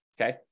okay